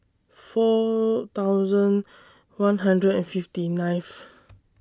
four thousand one hundred and fifty nineth